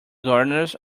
gardeners